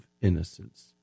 innocence